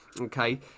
okay